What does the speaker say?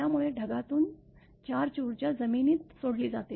त्यामुळे ढगातून चार्ज ऊर्जा जमिनीत सोडली जाते